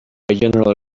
general